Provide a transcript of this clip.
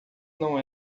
não